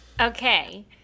Okay